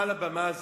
מעל הבמה הזאת,